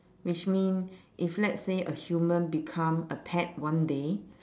which mean if let's say a human become a pet one day